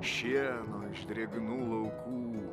šieno iš drėgnų laukų